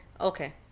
Okay